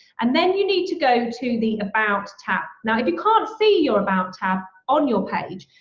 and then you need to go to the about tab. now if you can't see your about tab on your page,